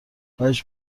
خواهش